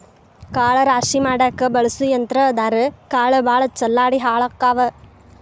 ಕಾಳ ರಾಶಿ ಮಾಡಾಕ ಬಳಸು ಯಂತ್ರಾ ಆದರಾ ಕಾಳ ಭಾಳ ಚಲ್ಲಾಡಿ ಹಾಳಕ್ಕಾವ